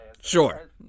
Sure